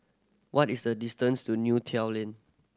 what is the distance to Neo Tiew Lane